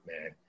man